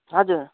हजुर